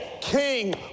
king